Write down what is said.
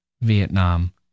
Vietnam